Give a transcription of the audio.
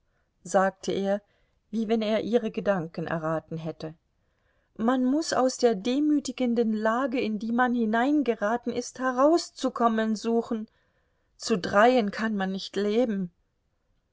sagte er wie wenn er ihre gedanken erraten hätte man muß aus der demütigenden lage in die man hineingeraten ist herauszukommen suchen zu dreien kann man nicht leben